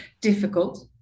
difficult